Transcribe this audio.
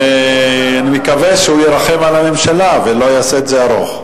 ואני מקווה שהוא ירחם על הממשלה ולא יעשה את זה ארוך.